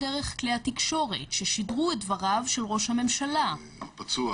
כשאנחנו מדברים על הפצת